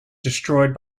destroyed